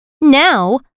Now